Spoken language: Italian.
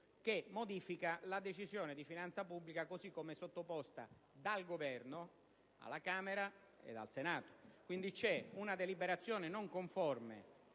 che modifica la Decisione di finanza pubblica così come sottoposta dal Governo alla Camera ed al Senato. Quindi c'è una deliberazione non conforme,